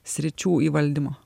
sričių įvaldymo